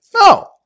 No